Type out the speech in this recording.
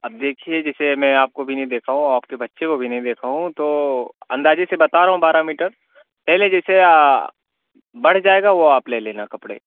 اب دیکھیے جیسے میں آپ کو بھی نہیں دیکھا ہوں آپ کے بچے کو بھی نہیں دیکھا ہوں تو اندازے سے بتا رہا ہوں بارہ میٹر پہلے جیسا بڑھ جائے گا وہ آپ لے لینا کپڑے